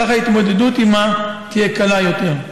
כך ההתמודדות עימה תהיה קלה יותר.